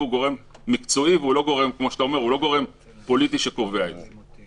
ומדובר בגורם מקצועי ולא גורם פוליטי שקובע את זה.